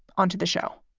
onto the show